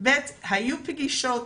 היו פגישות,